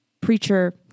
preacher